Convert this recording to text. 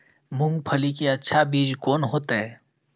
मूंगफली के अच्छा बीज कोन होते?